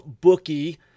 bookie